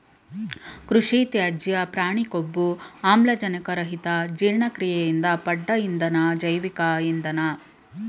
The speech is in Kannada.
ಕೃಷಿತ್ಯಾಜ್ಯ ಪ್ರಾಣಿಕೊಬ್ಬು ಆಮ್ಲಜನಕರಹಿತಜೀರ್ಣಕ್ರಿಯೆಯಿಂದ ಪಡ್ದ ಇಂಧನ ಜೈವಿಕ ಇಂಧನ